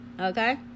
okay